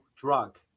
drug